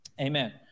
Amen